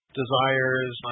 desires